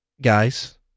guys